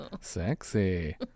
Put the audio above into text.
Sexy